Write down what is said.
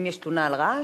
אם יש תלונה על רעש?